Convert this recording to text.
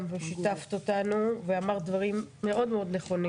הפליליים שנפתחו בשל הפרה של צווי הגנה לפי חוק למניעת אלימות